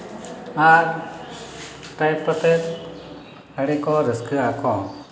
ᱟᱨ type ᱠᱟᱛᱮ ᱟᱹᱰᱤ ᱠᱚ ᱨᱟᱹᱥᱠᱟᱹᱜ ᱟᱠᱚ